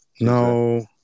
No